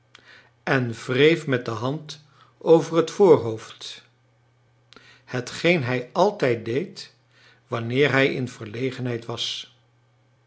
en wreef met de hand over het voorhoofd hetgeen hij altijd deed wanneer hij in verlegenheid was